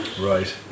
Right